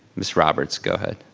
ms. roberts, go ahead.